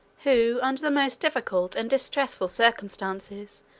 who, under the most difficult and distressful circumstances,